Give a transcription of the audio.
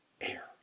air